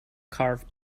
carve